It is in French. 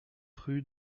rue